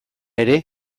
ere